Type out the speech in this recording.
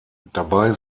dabei